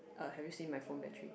uh have you seen my phone battery